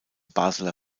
basler